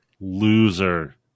Loser